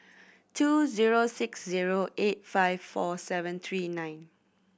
two zero six zero eight five four seven three nine